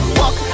walk